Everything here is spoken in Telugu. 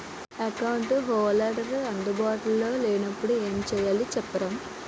అకౌంట్ హోల్డర్ అందు బాటులో లే నప్పుడు ఎం చేయాలి చెప్తారా?